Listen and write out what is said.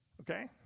okay